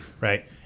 right